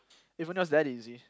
even though it's that easy